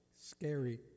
scary